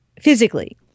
physically